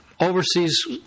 Overseas